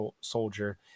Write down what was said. Soldier